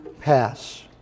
pass